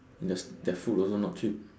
theirs their food also not cheap